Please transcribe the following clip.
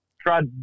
tried